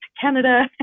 Canada